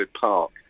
Park